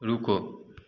रुको